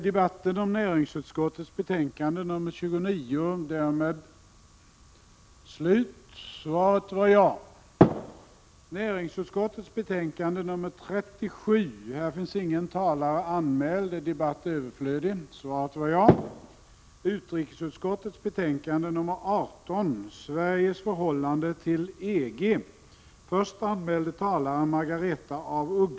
Kammaren övergick därför till att debattera utrikesutskottets betänkande 18 om Sveriges förhållande till EG.